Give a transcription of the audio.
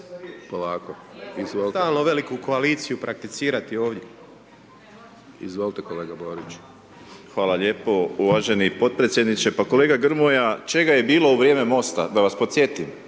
uključen./… veliku koaliciju prakticirati ovdje. Izvolite kolega Borić. **Borić, Josip (HDZ)** Hvala lijepo uvaženi potpredsjedniče. Pa kolega Grmoja, čega je bilo u vrijeme MOST-a da vas podsjetim.